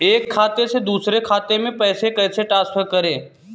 एक खाते से दूसरे खाते में पैसे कैसे ट्रांसफर करें?